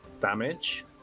damage